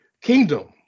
kingdom